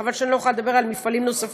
חבל שאני לא יכולה לדבר על מפעלים נוספים,